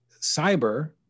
cyber